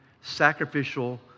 sacrificial